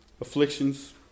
Afflictions